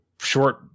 short